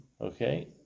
Okay